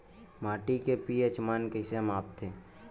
माटी के पी.एच मान कइसे मापथे?